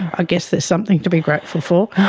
ah guess there's something to be grateful for.